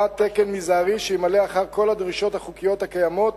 תקן מזערי שימלא אחר כל הדרישות החוקיות הקיימות